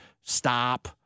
stop